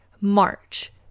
March